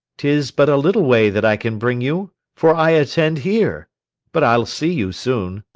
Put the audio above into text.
tis but a little way that i can bring you, for i attend here but i'll see you soon.